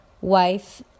wife